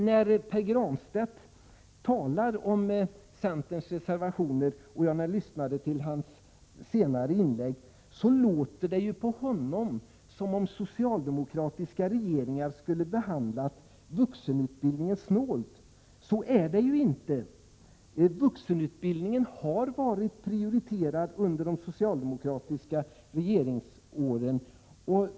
När Pär Granstedt diskuterar centerns reservationer — jag lyssnade även på hans senare inlägg — låter det som om socialdemokratiska regeringar skulle ha behandlat vuxenutbildningen snålt. Så är det ju inte! Vuxenutbildningen har varit prioriterad under de socialdemokratiska regeringsåren.